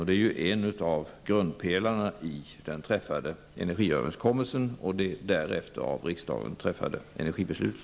Det är en av grundpelarna i den träffade energiöverenskommelsen och det av riksdagen därefter fattade energibeslutet.